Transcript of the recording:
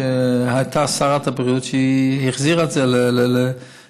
הייתה שרת בריאות שהחזירה את הכסף לאוצר.